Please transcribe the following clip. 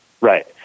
Right